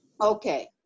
Okay